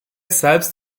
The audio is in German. selbst